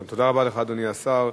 תודה רבה לך, אדוני השר.